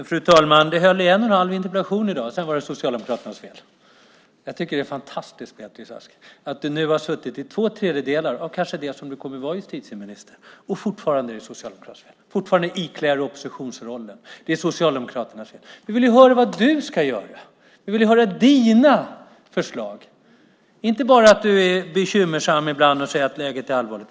Fru talman! Det höll under en och en halv interpellationsdebatt i dag. Sedan var det Socialdemokraternas fel. Det är fantastiskt, Beatrice Ask, att du nu har suttit två tredjedelar av den tid som du kanske kommer att vara justitieminister och att det fortfarande är Socialdemokraternas fel. Fortfarande ikläder du dig oppositionsrollen; det är ju Socialdemokraternas fel. Vi vill höra vad du ska göra. Vi vill höra dina förslag - inte bara att du ibland är bekymrad och att läget är allvarligt.